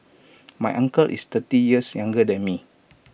my uncle is thirty years younger than me